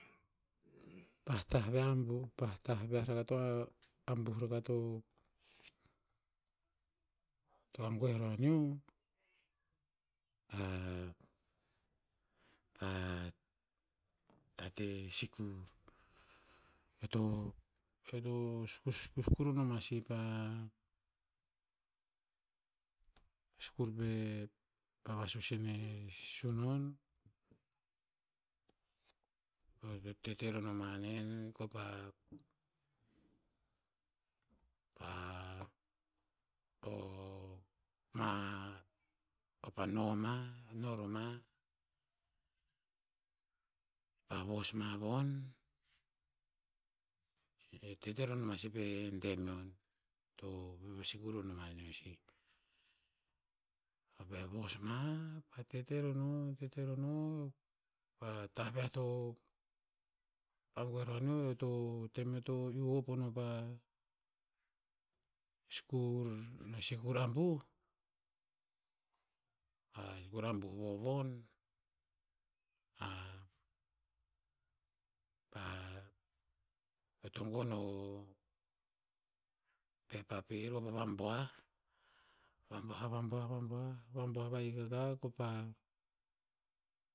Pah tah ve a abuh, pah ta viah raka to, abuh raka to, to agoeh ro- aneo, tate sikur. Eo to- eo to sku- skur o noma sih pah, skur pe, pa vasuis ine sunon. Eo to tete ro noma nen kopa, pa o ma. Kopa noma, no ro ma. Pa vos ma von, tete ro noma si pe demeon. To vavasikur o noma neo sih. Eo pa'eh vos ma, pa'eh tete ro no- tete ro no. Pah tah viah to agoeh ro aneo eo to, tem eo to iu hop o no pa skur, sikur abuh, a sikur abuh vo von, `pa- pa, eo to gon o pepa pir kopa vabuah, vabuah- vabuah- vabuah- vabuah vahik aka ko pa,